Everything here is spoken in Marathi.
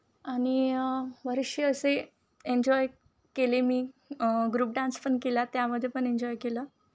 आणि बरेचसे असे एन्जॉय केले मी ग्रुप डान्स पण केला त्यामध्ये पण एन्जॉय केलं